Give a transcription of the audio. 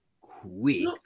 quick